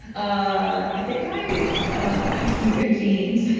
ah i think i i have some good genes